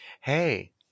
Hey